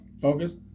Focus